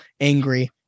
angry